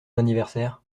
anniversaire